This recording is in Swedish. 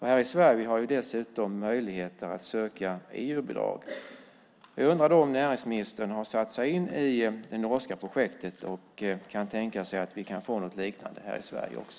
Här i Sverige har vi dessutom möjligheter att söka EU-bidrag. Jag undrar om näringsministern har satt sig in i det norska projektet och kan tänka sig att vi kan få något liknande här i Sverige också.